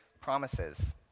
promises